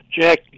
Jack